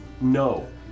No